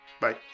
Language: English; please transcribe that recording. Bye